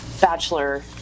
bachelor